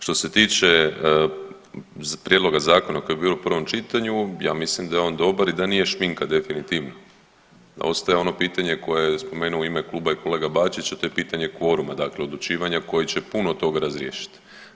Što se tiče prijedloga zakona koje je bilo u prvom čitanju ja mislim da je on dobar i da nije šminka definitivno, a ostaje ono pitanje koje je spomenuo u ime kluba i kolega Bačić, a to je pitanje kvoruma, dakle odlučivanja koji će puno toga razriješiti.